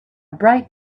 bright